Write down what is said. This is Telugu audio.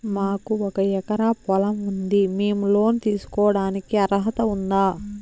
మాకు ఒక ఎకరా పొలం ఉంది మేము లోను తీసుకోడానికి అర్హత ఉందా